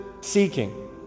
seeking